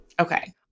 Okay